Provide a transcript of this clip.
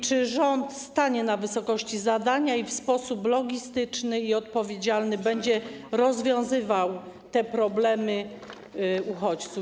Czy rząd stanie na wysokości zadania i w sposób logistyczny i odpowiedzialny będzie rozwiązywał te problemy uchodźców?